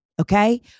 Okay